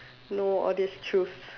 know all these truth